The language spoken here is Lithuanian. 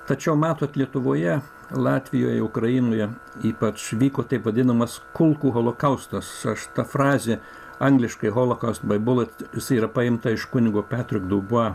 tačiau matot lietuvoje latvijoje ukrainoje ypač vyko taip vadinamas kulkų holokaustas šita frazė angliškai holokaust baibolati jisai yra paimta iš kunigo petro duba